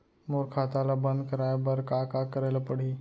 मोर खाता ल बन्द कराये बर का का करे ल पड़ही?